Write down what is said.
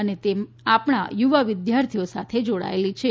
અને તે આપણા યુવા વિદ્યાર્થીઓથી જોડાયેલી છે